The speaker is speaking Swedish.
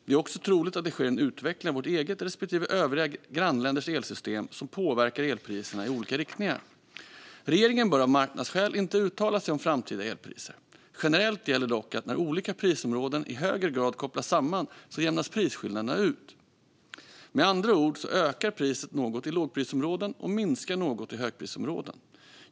Det är också troligt att det sker en utveckling av vårt eget respektive övriga grannländers elsystem som påverkar elpriserna i olika riktningar. Regeringen bör av marknadsskäl inte uttala sig om framtida elpriser. Generellt gäller dock att när olika prisområden i högre grad kopplas samman jämnas prisskillnaderna ut. Med andra ord ökar priset något i lågprisområden och minskar något i högprisområden.